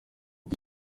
iki